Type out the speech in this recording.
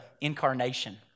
incarnation